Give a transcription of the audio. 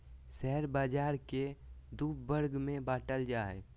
share बाज़ार के दू वर्ग में बांटल जा हइ